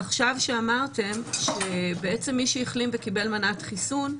עכשיו שאמרתם שבעצם מי שהחלים וקיבל מנת חיסון,